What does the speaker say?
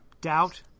doubt